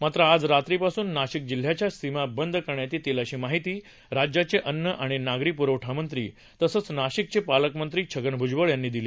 मात्र आज रात्रीपासून नाशिक जिल्ह्याच्या सीमा बंद करण्यात येतील अशी माहिती राज्याचे अन्न आणि नागरी पुरवठा मंत्री तसेच नाशिकचे पालकमंत्री छगन भ्जबळ यांनी दिली